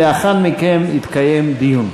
ולאחר מכן יתקיים דיון.